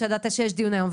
כשידעת שיש דיון היום,